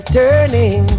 turning